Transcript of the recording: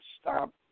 stop